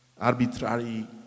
arbitrary